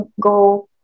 go